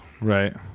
Right